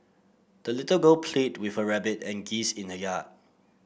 the little girl played with her rabbit and geese in the yard